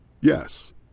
Yes